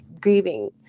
grieving